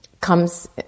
comes